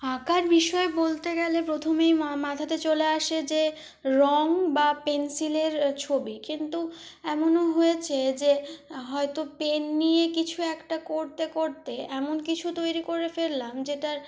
আঁকার বিষয়ে বলতে গেলে প্রথমেই মাথাতে চলে আসে যে রং বা পেনসিলের ছবি কিন্তু এমনও হয়েছে যে হয়তো পেন নিয়ে কিছু একটা করতে করতে এমন কিছু তৈরি করে ফেললাম যেটার